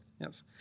Yes